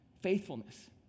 Faithfulness